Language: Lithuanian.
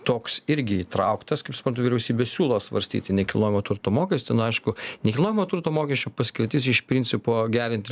toks irgi įtrauktas kaip suprantu vyriausybė siūlo svarstyti nekilnojamo turto mokestį na aišku nekilnojamo turto mokesčio paskirtis iš principo gerinti